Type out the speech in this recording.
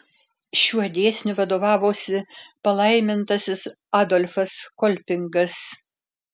šiuo dėsniu vadovavosi palaimintasis adolfas kolpingas